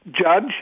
Judge